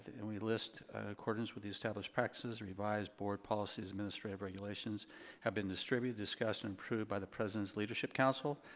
and we list accordance with the established practiced revised board policies, administrative regulations have been distributed, discussed and approved by the president's leadership council.